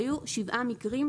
היו שבעה מקרים,